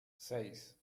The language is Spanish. seis